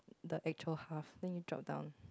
the actual half then you drop down